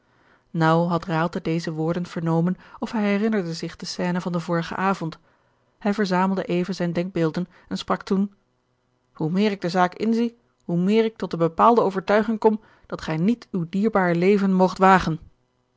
naauw had raalte deze woorden vernomen of hij herinnerde zich de scène van den vorigen avond hij verzamelde even zijne denkbeelden en sprak toen hoe meer ik de zaak inzie hoe meer ik tot de bepaalde overtuiging kom dat gij niet uw dierbaar leven moogt wagen